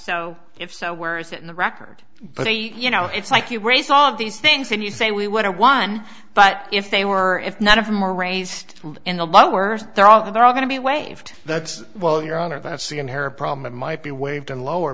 so if so where is that in the record but you know it's like you raise all of these things and you say we would have won but if they were if none of them were raised in the lower they're all they're all going to be waived that's well your honor if i have seen her problem it might be waived or lower